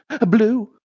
blue